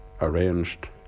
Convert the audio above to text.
arranged